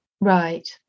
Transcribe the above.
Right